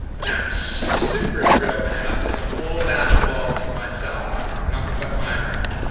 but i'm super thrilled to have this whole back wall to myself, with nothing but my art.